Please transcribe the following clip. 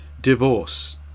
divorce